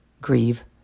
grieve